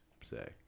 say